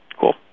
Cool